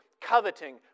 coveting